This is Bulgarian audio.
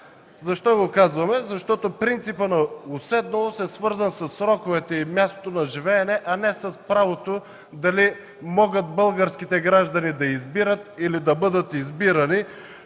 Защо го казваме това? Защото принципът на уседналост е свързан със сроковете и мястото на живеене, а не с правото дали могат българските граждани да избират или да бъдат избирани,